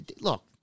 look